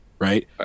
Right